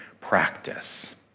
practice